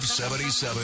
77